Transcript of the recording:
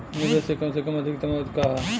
निवेश के कम से कम आ अधिकतम अवधि का है?